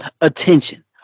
attention